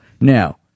now